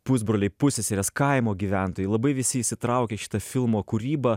pusbroliai pusseserės kaimo gyventojai labai visi įsitraukė į šitą filmo kūrybą